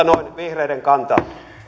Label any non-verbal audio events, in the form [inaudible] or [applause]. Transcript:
[unintelligible] noin kello kuudentoista vihreiden kanta